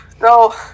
No